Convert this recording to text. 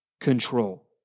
control